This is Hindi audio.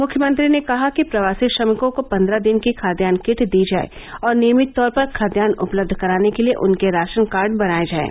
मुख्यमंत्री ने कहा कि प्रवासी श्रमिकों को पंद्रह दिन की खाद्यान्न किट दी जाए और नियमित तौर पर खाद्यान्न उपलब्ध कराने के लिए उनके राशन कार्ड बनाए जाएं